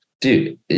Dude